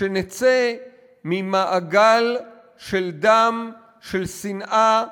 שנצא ממעגל של דם, של שנאה,